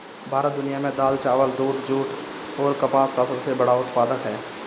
भारत दुनिया में दाल चावल दूध जूट आउर कपास का सबसे बड़ा उत्पादक ह